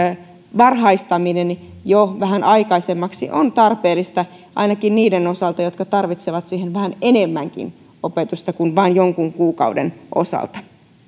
varhaistaminen jo vähän aikaisemmaksi on tarpeellista ainakin niiden osalta jotka tarvitsevat siihen vähän enemmänkin opetusta kuin vain jonkun kuukauden osalta